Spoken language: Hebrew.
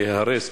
להיהרס,